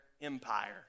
empire